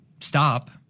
Stop